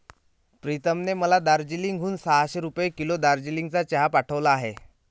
प्रीतमने मला दार्जिलिंग हून सहाशे रुपये किलो दार्जिलिंगचा चहा पाठवला आहे